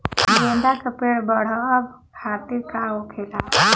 गेंदा का पेड़ बढ़अब खातिर का होखेला?